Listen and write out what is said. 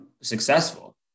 successful